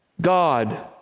God